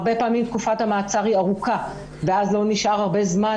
הרבה פעמים תקופת המעצר היא ארוכה ואז לא נשאר הרבה זמן